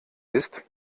ist